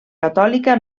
catòlica